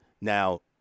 Now